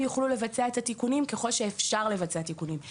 יוכלו לבצע את התיקונים ככל שאפשר לבצע תיקונים.